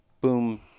boom